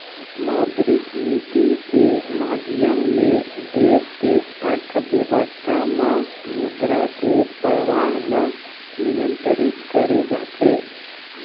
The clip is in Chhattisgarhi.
मौद्रिक नीति के माधियम ले देस के अर्थबेवस्था म मुद्रा के परवाह ल नियंतरित करे जाथे